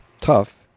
tough